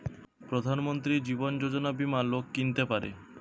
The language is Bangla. প্রধান মন্ত্রী জীবন যোজনা বীমা লোক কিনতে পারে